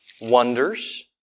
wonders